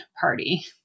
party